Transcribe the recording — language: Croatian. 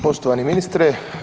Poštovane ministre.